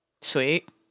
Sweet